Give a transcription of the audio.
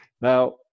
Now